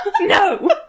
No